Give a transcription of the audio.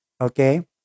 okay